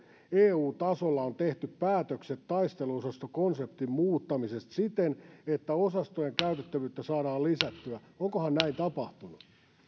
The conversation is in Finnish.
eu tasolla on tehty päätökset taisteluosastokonseptin muuttamisesta siten että osastojen käytettävyyttä saadaan lisättyä onkohan näin tapahtunut